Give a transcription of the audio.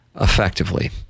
effectively